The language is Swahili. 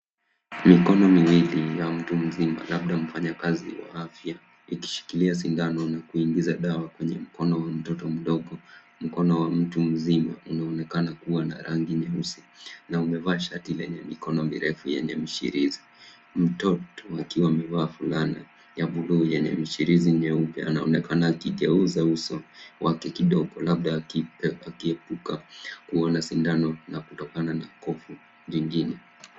Mikono miwili ya mtu mzima labda mfanyikazi wa afya ikishikilia sindano na kuingiza dawa kwenye mkono wa mtoto mdogo. Mkono wa mtu mzima unaonekana kuwa na rangi nyeusi na umevaa shati lenye mikono mirefu lenye mishiririzi. Mtoto akiwa amevaa fulana ya bluu yenye mishirizi meupe anaoenkana akigeuza uso wake kidogo labda aki epuka kuona sindano na kutokana na povu kingine.